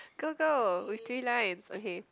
go go with three lines okay